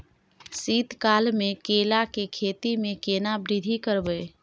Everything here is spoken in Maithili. शीत काल मे केला के खेती में केना वृद्धि करबै?